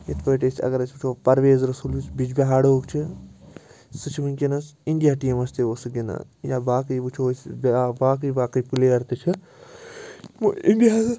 یِتھ پٲٹھۍ أسۍ اگر أسۍ وٕچھو پرویز رُسول یُس بِجبِہارُک چھُ سُہ چھُ وٕنۍکٮ۪نَس اِنڈیا ٹیٖمَس تہِ اوس سُہ گِنٛدان یا باقٕے وٕچھو أسۍ باقٕے باقٕے پٕلیر تہِ چھِ یِمو اِنڈیاہَس